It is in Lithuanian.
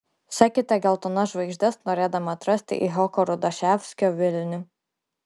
sekite geltonas žvaigždes norėdami atrasti icchoko rudaševskio vilnių